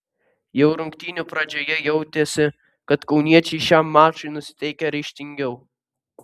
jau rungtynių pradžioje jautėsi kad kauniečiai šiam mačui nusiteikę ryžtingiau